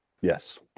yes